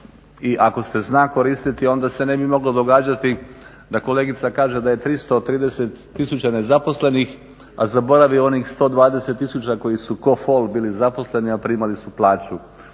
i ako se zna koristiti onda se ne bi moglo događati da kolegica kaže da je 330 tisuća nezaposlenih, a zaboravi onih 120 tisuća koji su k'o fol bili zaposleni, a nisu primali plaću.